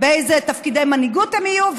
באיזה תפקידי מנהיגות הם יהיו,